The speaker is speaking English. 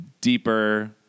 deeper